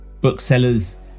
booksellers